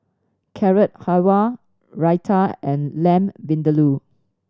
Carrot Halwa Raita and Lamb Vindaloo